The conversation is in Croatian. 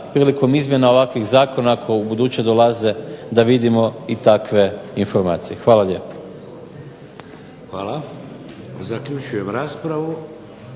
prilikom izmjena ovakvih zakona ako ubuduće dolaze da vidimo i takve informacije. Hvala lijepo. **Šeks, Vladimir